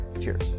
cheers